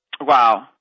Wow